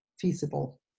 feasible